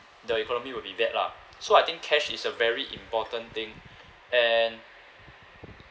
the economy will be bad lah so I think cash is a very important thing and